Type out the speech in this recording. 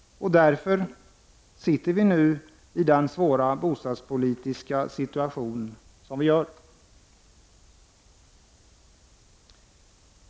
Därför befinner vi oss nu i den svåra bostadspolitiska situation som vi gör.